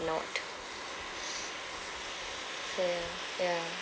not mm ya